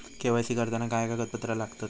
KYC करताना काय कागदपत्रा लागतत?